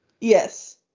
Yes